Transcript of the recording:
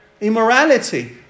immorality